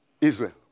Israel